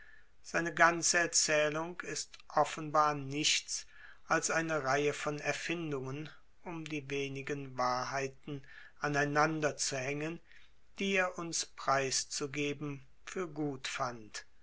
seine ganze erzählung ist offenbar nichts als eine reihe von erfindungen um die wenigen wahrheiten aneinander zu hängen die er uns preiszugeben für gut fand